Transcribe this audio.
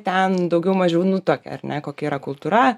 ten daugiau mažiau nutuokia ar ne kokia yra kultūra